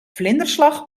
vlinderslag